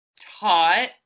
taught